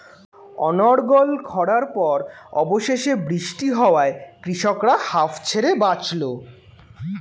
অনর্গল খড়ার পর অবশেষে বৃষ্টি হওয়ায় কৃষকরা হাঁফ ছেড়ে বাঁচল